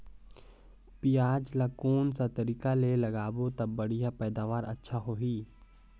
पियाज ला कोन सा तरीका ले लगाबो ता बढ़िया पैदावार अच्छा होही?